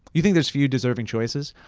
you think there's few deserving choices?